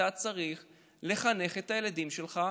אתה צריך לחנך את הילדים שלך,